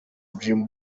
dream